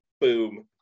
Boom